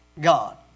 God